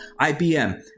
IBM